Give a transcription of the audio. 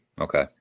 Okay